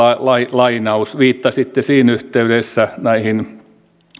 lainaus viittasitte siinä yhteydessä näihin